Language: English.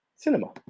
cinema